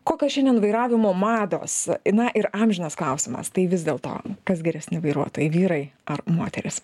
kokios šiandien vairavimo mados na ir amžinas klausimas tai vis dėl to kas geresni vairuotojai vyrai ar moterys